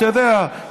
אתה יודע,